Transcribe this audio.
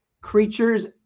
creatures